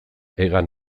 hegan